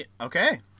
Okay